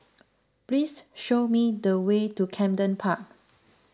please show me the way to Camden Park